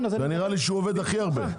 נראה לי שהוא עובד הכי הרבה.